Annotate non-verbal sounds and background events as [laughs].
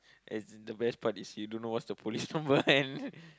as in the best part is he don't know what's the police number and [laughs]